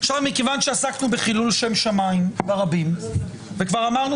מכיוון שעסקנו בחילול שם שמיים ברבים וכבר אמרנו